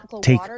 take